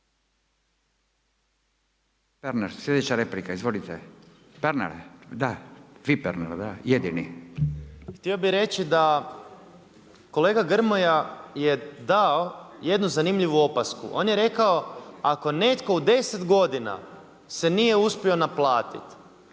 Pernar sljedeća replika, izvolite, Pernar, da vi Pernar, da, jedini. **Pernar, Ivan (Živi zid)** Htio bih reći da kolega Grmoja je dao jednu zanimljivu opasku, on je rekao ako netko u 10 godina se nije uspio naplatiti